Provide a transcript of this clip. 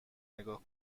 نگاه